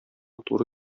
туры